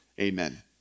Amen